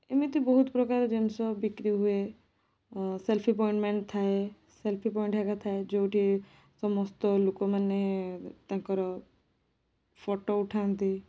ଏମିତି ବହୁ ପ୍ରକାର ଜିନିଷ ବିକ୍ରି ହୁଏ ସେଲ୍ଫି ପଏଣ୍ଟମାନେ ଥାଏ ସେଲ୍ଫି ପଏଣ୍ଟ ହେରିକା ଥାଏ ଯୋଉଠି ସମସ୍ତ ଲୋକମାନେ ତାଙ୍କର ଫୋଟୋ ଉଠାନ୍ତି